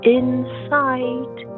inside